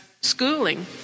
schooling